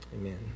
Amen